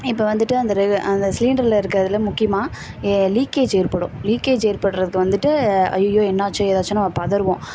இப்போ வந்துவிட்டு அந்த ரெகு அந்த சிலிண்டரில் இருக்கறதுல முக்கியமாக லீக்கேஜ் ஏற்படும் லீக்கேஜ் ஏற்படுவது வந்துட்டு அய்யயோ என்ன ஆச்சோ ஏதாச்சோன்னு நம்ம பதறுவோம்